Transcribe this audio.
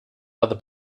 other